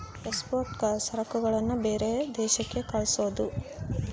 export ಸರಕುಗಳನ್ನ ಬೇರೆ ದೇಶಕ್ಕೆ ಕಳ್ಸೋದು